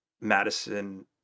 Madison